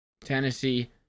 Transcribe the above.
Tennessee